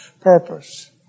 purpose